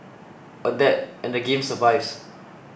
adapt and the game survives